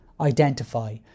identify